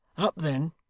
up then!